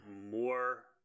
more